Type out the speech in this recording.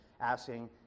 asking